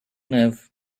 neve